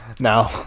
no